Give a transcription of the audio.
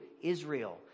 Israel